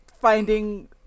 finding